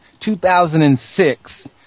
2006